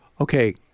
okay